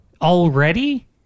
already